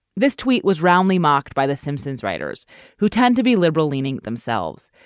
this tweet was roundly mocked by the simpsons writers who tend to be liberal leaning themselves.